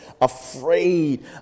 afraid